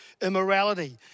immorality